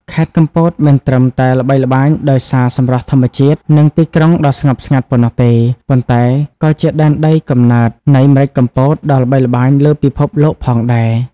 ខេត្តកំពតមិនត្រឹមតែល្បីល្បាញដោយសារសម្រស់ធម្មជាតិ និងទីក្រុងដ៏ស្ងប់ស្ងាត់ប៉ុណ្ណោះទេ ប៉ុន្តែក៏ជាដែនដីកំណើតនៃ ម្រេចកំពត ដ៏ល្បីល្បាញលើពិភពលោកផងដែរ ។